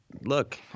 look